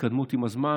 התקדמות עם הזמן.